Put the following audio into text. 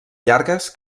llargues